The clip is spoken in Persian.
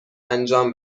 انجام